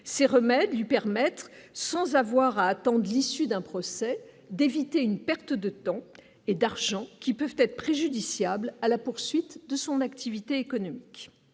ces remèdes du sans avoir attendent l'issue d'un procès d'éviter une perte de temps et d'argent, qui peuvent être préjudiciable à la poursuite de son activité économique